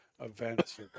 events